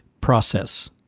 process